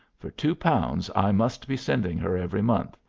for two pounds i must be sending her every month,